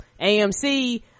AMC